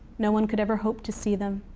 no one could ever hope to see them.